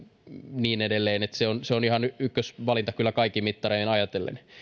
niin edelleen eli se on kyllä ihan ykkösvalinta kaikin mittarein ajatellen